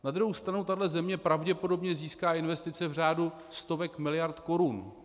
Na druhou stranu tahle země pravděpodobně získá investice v řádu stovek miliard korun.